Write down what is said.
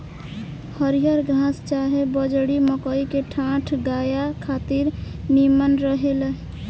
हरिहर घास चाहे बजड़ी, मकई के डांठ गाया खातिर निमन रहेला